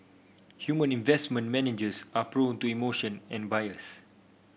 human investment managers are prone to emotion and bias